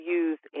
use